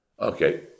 Okay